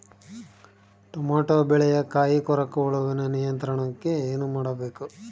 Tomato ಬೆಳೆಯ ಕಾಯಿ ಕೊರಕ ಹುಳುವಿನ ನಿಯಂತ್ರಣಕ್ಕೆ ಏನು ಮಾಡಬೇಕು?